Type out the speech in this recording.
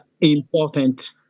important